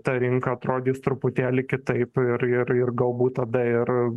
ta rinka atrodys truputėlį kitaip ir ir ir galbūt tada ir